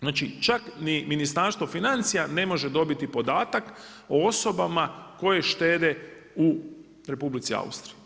Znači, čak ni Ministarstvo financija ne može dobiti podataka o osobama koje štede u Republici Austriji.